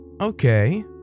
Okay